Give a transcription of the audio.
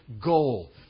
goal